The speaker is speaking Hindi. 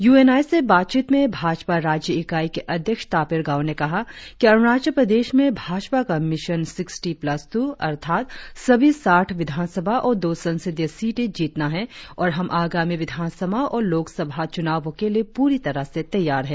यू एन आई से बातचीत में भाजपा राज्य इकाई के अध्यक्ष तापिर गाव ने कहा कि अरुणाचल प्रदेश में भाजपा का मिशन सिक्सटी प्लस ट्र अर्थात सभी साठ विधानसभा और दो संसदीय सीटे जीतना है और हम आगामी विधानसभा और लोक सभा चुनावों के लिए पूरी तरह से तैयार हैं